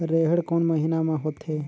रेहेण कोन महीना म होथे?